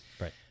right